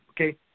Okay